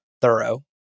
thorough